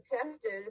protected